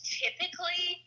typically